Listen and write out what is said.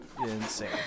insane